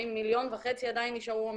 ומיליון וחצי עדיין נשארו,